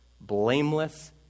blameless